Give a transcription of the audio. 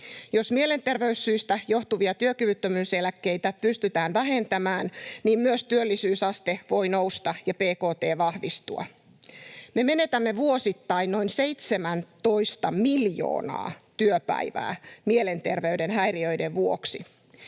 Jos mielenterveyssyistä johtuvia työkyvyttömyyseläkkeitä pystytään vähentämään, niin myös työllisyysaste voi nousta ja bkt vahvistua. Me menetämme vuosittain noin 17 miljoonaa työpäivää mielenterveyden häiriöiden vuoksi,